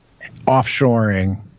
offshoring